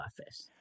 office